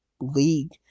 league